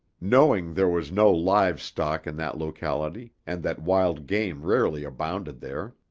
knowing there was no live stock in that locality and that wild game rarely abounded there,